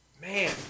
Man